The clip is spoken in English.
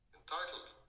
entitled